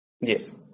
Yes